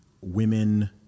Women